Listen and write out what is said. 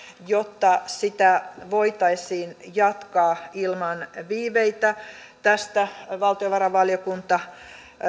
jotta sitä voitaisiin jatkaa ilman viiveitä tästä valtiovarainvaliokunta